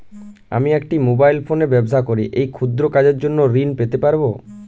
আমি একটি মোবাইল ফোনে ব্যবসা করি এই ক্ষুদ্র কাজের জন্য ঋণ পেতে পারব?